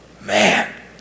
Man